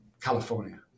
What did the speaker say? California